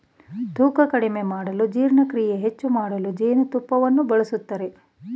ತೂಕ ಕಡಿಮೆ ಮಾಡಲು ಜೀರ್ಣಕ್ರಿಯೆ ಹೆಚ್ಚು ಮಾಡಲು ಜೇನುತುಪ್ಪವನ್ನು ಬಳಸ್ತರೆ